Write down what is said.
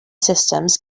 systems